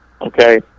okay